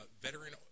veteran